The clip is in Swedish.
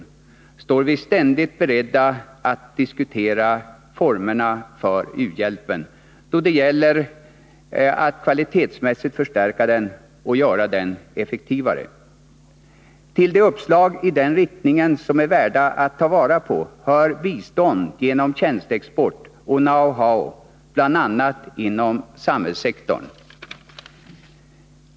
Vi står också ständigt beredda att diskutera formerna för u-hjälpen då det gäller att kvalitetsmässigt förstärka den och göra den effektivare. Till de uppslag i den riktningen som är värda att ta vara på hör bistånd genom tjänsteexport och know-how bl.a. inom samhällssektorn.